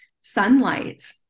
sunlight